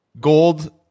gold